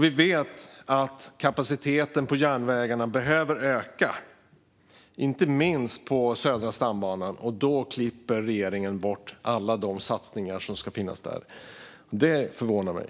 Vi vet att kapaciteten på järnvägarna behöver öka, inte minst på Södra stambanan. Då klipper regeringen bort alla satsningar som ska finnas där. Det förvånar mig.